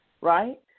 right